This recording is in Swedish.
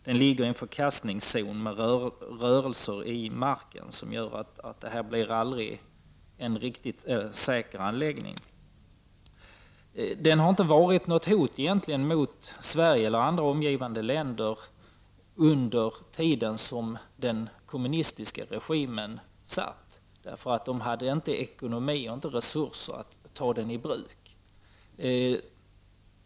Den ligger i en förkastningszon med rörelser i marken. Detta gör att det aldrig blir en riktigt säker anläggning. Anläggningen har egentligen inte varit något hot mot Sverige eller andra närliggande länder under tiden med den kommunistiska regimen. Då hade man inte resurser att ta anläggningen i bruk.